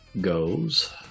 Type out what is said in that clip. goes